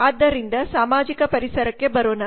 ಆದ್ದರಿಂದ ಸಾಮಾಜಿಕ ಪರಿಸರಕ್ಕೆ ಬರೋಣ